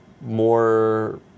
More